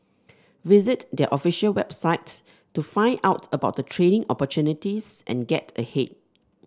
visit their official website to find out about the training opportunities and get ahead